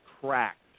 cracked